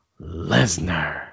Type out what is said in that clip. Lesnar